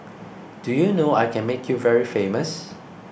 do you know I can make you very famous